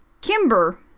Kimber